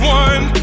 one